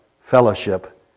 fellowship